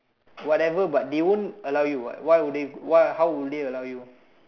whatever but they won't allow you what why how would they allow you